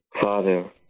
Father